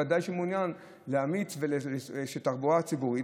ודאי שאני מעוניין להמליץ שתחבורה ציבורית,